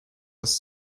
was